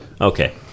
Okay